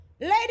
Lady